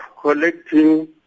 collecting